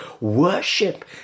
Worship